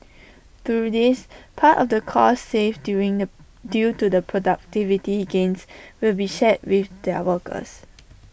through this part of the costs saved due in A due to the productivity gains will be shared with their workers